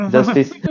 Justice